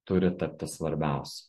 turi tapti svarbiausiu